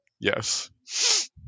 yes